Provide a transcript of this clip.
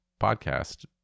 podcast